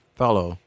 follow